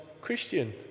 Christian